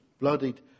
bloodied